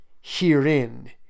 Herein